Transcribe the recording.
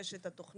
יש את התוכניות,